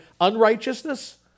unrighteousness